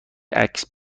عکس